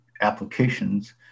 applications